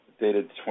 Dated